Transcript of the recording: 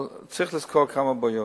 אבל צריך לזכור כמה בעיות.